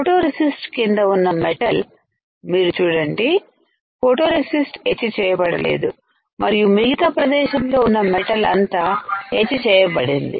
photoresist కింద ఉన్న మెటల్మీరు చూడండిఫోటోరెసిస్ట్ ఎచ్ చేయబడలేదు మరియు మిగతా ప్రదేశంలో ఉన్న మెటల్అంతా ఎచ్ చేయబడింది